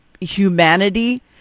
humanity